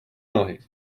nohy